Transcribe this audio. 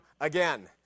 again